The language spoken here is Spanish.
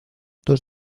dos